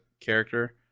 character